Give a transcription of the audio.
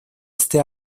este